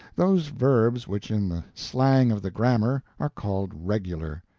those verbs which in the slang of the grammar are called regular.